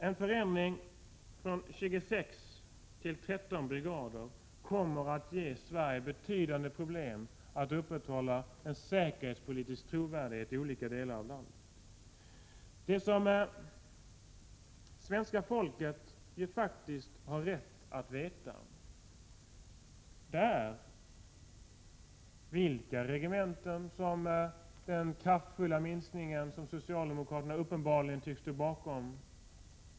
En förändring från 26 tillv13 brigader kommer att ge Sverige betydande problem att upprätthålla en säkerhetspolitisk trovärdighet i olika delar av landet. Svenska folket har faktiskt rätt att veta vilka regementen som skall bort genom den kraftfulla minskning som socialdemokraterna uppenbarligen står bakom.